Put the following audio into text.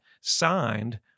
signed